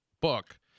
book